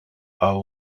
are